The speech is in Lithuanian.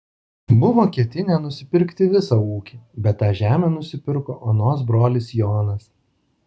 buvo ketinę nusipirkti visą ūkį bet tą žemę nusipirko onos brolis jonas